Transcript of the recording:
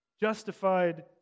justified